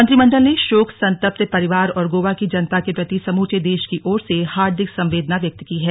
मंत्रिमंडल ने शोक संतप्त परिवार और गोवा की जनता के प्रति समूचे देश की ओर से हार्दिक संवेदना व्यक्त की है